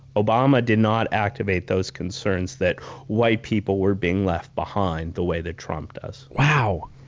obama did not activate those concerns that white people were being left behind the way that trump does. wow!